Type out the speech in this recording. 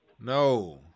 no